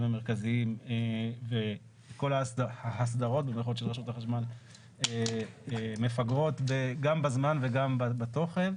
המרכזיים וכל "ההסדרות" של רשות החשמל מפגרות גם בזמן וגם בתוכן,